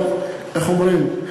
אבל איך אומרים,